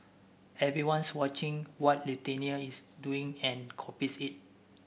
everyone's watching what Lithuania is doing and copies it